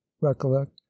recollect